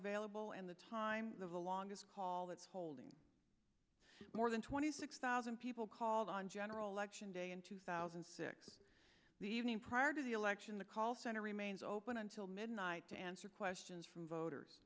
available and the time the longest call that's holding more than twenty six thousand people called on general election day in two thousand and six the evening prior to the election the call center remains open until midnight to answer questions from voters